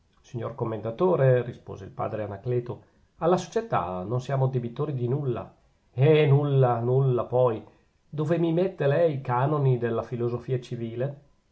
signor commendatore rispose il padre anacleto alla società non siamo debitori di nulla eh nulla nulla poi dove mi mette lei i canoni della filosofia civile